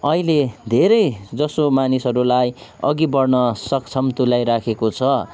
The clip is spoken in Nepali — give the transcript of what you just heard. अहिले धेरैजसो मानिसहरूलाई अघि बढ्न सक्षम तुल्याइरहेको छ